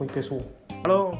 Hello